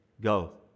go